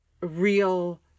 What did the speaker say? real